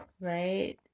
Right